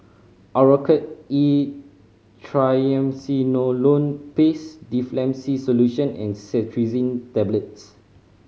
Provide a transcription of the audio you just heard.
Oracort E Triamcinolone Paste Difflam C Solution and Cetirizine Tablets